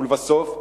ולבסוף,